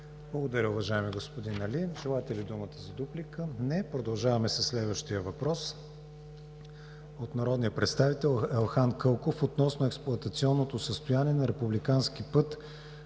Благодаря, уважаеми господин Али. Желаете ли думата за дуплика? Не. Продължаваме със следващия въпрос от народния представител Елхан Кълков относно експлоатационното състояние на Републикански път